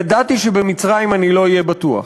ידעתי שבמצרים אני לא אהיה בטוח.